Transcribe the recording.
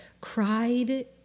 cried